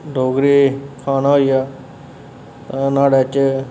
डोगरी खाना होई गेआ न्हाड़े च